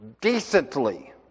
decently